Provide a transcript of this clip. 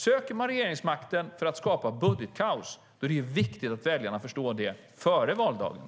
Om man söker regeringsmakten för att skapa budgetkaos är det viktigt att väljarna förstår det före valdagen.